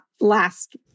last